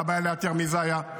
מה הבעיה לאתר מי זה היה?